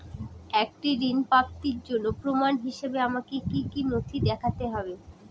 একটি ঋণ প্রাপ্তির জন্য প্রমাণ হিসাবে আমাকে কী কী নথি দেখাতে হবে?